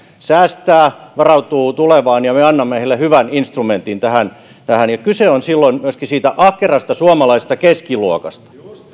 säästää varautuu tulevaan ja me annamme heille hyvän instrumentin tähän tähän ja kyse on silloin myöskin siitä ahkerasta suomalaisesta keskiluokasta